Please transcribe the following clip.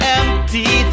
empty